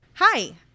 Hi